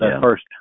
first